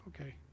okay